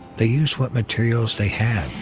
they used what materials they had.